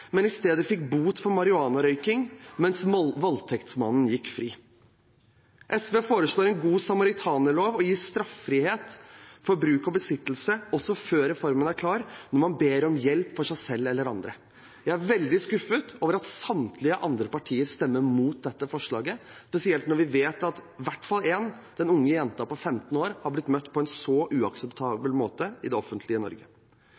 men i stedet fikk bot for marihuanarøyking, mens voldtektsmannen gikk fri. SV foreslår en «god samaritaner-lov», å gi straffefrihet for bruk og besittelse – også før reformen er klar – når man ber om hjelp for seg selv eller andre. Jeg er veldig skuffet over at samtlige andre partier stemmer imot dette forslaget, spesielt når vi vet at i hvert fall én, den unge jenta på 15 år, har blitt møtt på en så uakseptabel måte i det offentlige Norge.